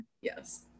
yes